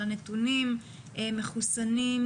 על הנתונים מחוסנים,